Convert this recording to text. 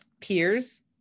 peers